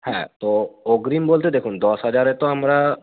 হ্যাঁ তো অগ্রিম বলতে দেখুন দশ হাজারে তো আমরা